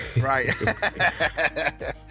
Right